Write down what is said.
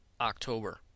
October